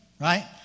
Right